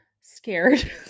scared